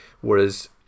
whereas